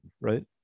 right